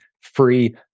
free